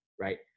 right